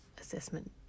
assessment